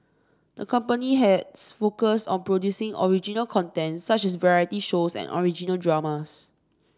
the company has focused on producing original content such as variety shows and original dramas